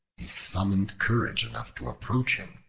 he summoned courage enough to approach him.